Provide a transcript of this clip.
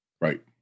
Right